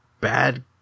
bad